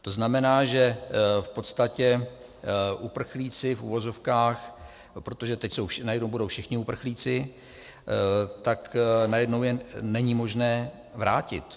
To znamená, že v podstatě uprchlíci v uvozovkách, protože najednou budou všichni uprchlíci, tak najednou je není možné vrátit.